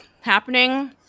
happening